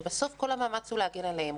שבסוף כל המאמץ הוא להגן עליהם.